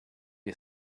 you